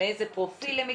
מאיזה פרופיל הם מגיעים,